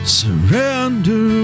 surrender